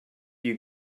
you